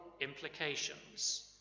implications